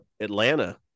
Atlanta